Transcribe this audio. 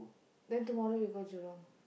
then tomorrow you go Jurong